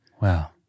Wow